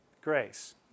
Grace